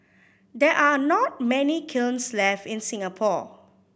there are not many kilns left in Singapore